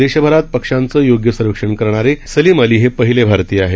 देशभरात पक्ष्यांचं योग्य सर्वेक्षण करणारे सलिम अली हे पहिले भारतीय आहेत